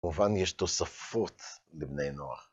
כמובן יש תוספות לבני נוער.